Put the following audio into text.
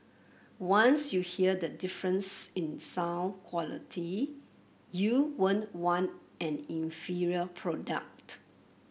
once you hear the difference in sound quality you won't want an inferior product